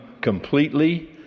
completely